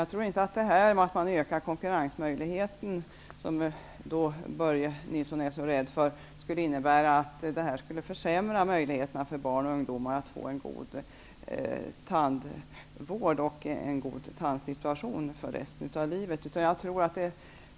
Jag tror inte att ökad konkurrens, som Börje Nilsson är så rädd för, skulle innebära att möjligheterna försämras för barn och ungdomar att få en god tandvård och bra tänder under resten av livet.